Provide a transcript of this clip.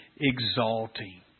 exalting